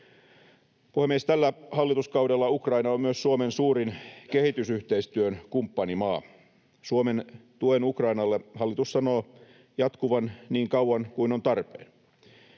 Puhemies! Tällä hallituskaudella Ukraina on myös Suomen suurin kehitysyhteistyön kumppanimaa. Suomen tuen Ukrainalle hallitus sanoo jatkuvan niin kauan kuin on tarpeen.